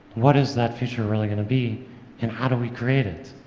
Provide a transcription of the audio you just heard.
what is that future really going to be and how do we create it,